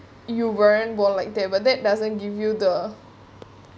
you weren't born like that one that doesn't give you the